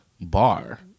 bar